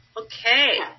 Okay